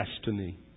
destiny